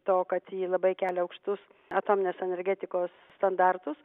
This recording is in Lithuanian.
to kad ji labai kelia aukštus atominės energetikos standartus